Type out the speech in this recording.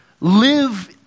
live